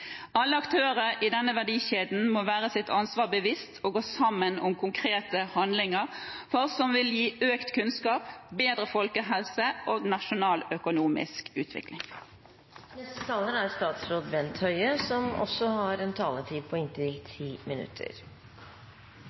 Alle aktører i denne verdikjeden må være seg sitt ansvar bevisst og gå sammen om konkrete handlinger som vil gi økt kunnskap, bedre folkehelse og nasjonaløkonomisk utvikling. Helse og omsorg er et næringspolitisk satsingsområde for regjeringen, slik det også går fram av langtidsplanen for forskning og høyere utdanning. Det har